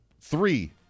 Three